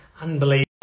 unbelievable